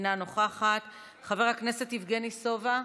אינה נוכחת, חבר הכנסת יבגני סובה,